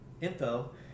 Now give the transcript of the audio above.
info